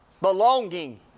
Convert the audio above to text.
belonging